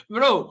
Bro